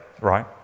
right